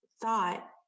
thought